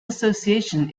association